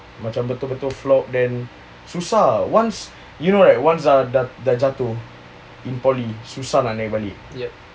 macam betul-betul flop then susah once you know once dah jatuh in poly susah nak naik balik